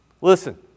Listen